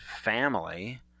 family